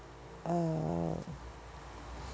uh